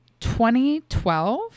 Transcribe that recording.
2012